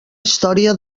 història